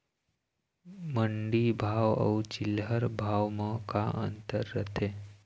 मंडी भाव अउ चिल्हर भाव म का अंतर रथे?